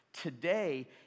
today